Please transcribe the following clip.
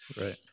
right